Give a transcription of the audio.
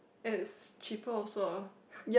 it's cheaper also ah